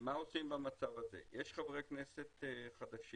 מה עושים במצב הזה - יש חברי כנסת חדשים.